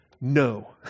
no